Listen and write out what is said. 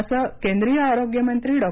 असं केंद्रीय आरोग्यमंत्री डॉ